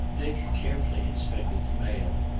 dick carefully inspected the mail,